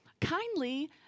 kindly